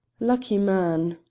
lucky man!